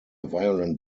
violent